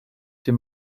dem